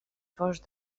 fost